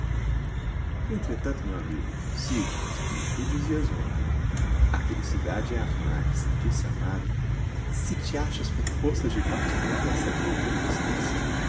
entretanto meu amigo se como tu dizias ontem a felicidade é amar e sentir-se amado se te achas com forças de partilhar essa curta existência